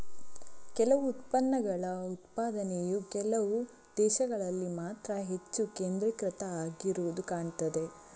ಕೆಲವು ಉತ್ಪನ್ನಗಳ ಉತ್ಪಾದನೆಯು ಕೆಲವು ದೇಶಗಳಲ್ಲಿ ಮಾತ್ರ ಹೆಚ್ಚು ಕೇಂದ್ರೀಕೃತ ಆಗಿರುದು ಕಾಣ್ತದೆ